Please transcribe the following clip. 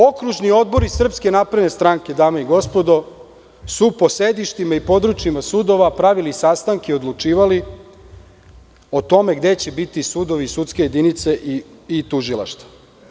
Okružni odbori SNS, dame i gospodo, su po sedištima i područjima sudova pravili sastanke i odlučivali o tome gde će biti sudovi, sudske jedinice i tužilaštva.